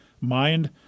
mind